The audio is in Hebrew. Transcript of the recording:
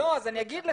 אני אגיד לך.